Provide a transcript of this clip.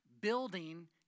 building